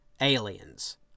Aliens